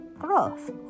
growth